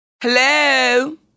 Hello